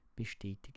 Bestätigen